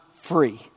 free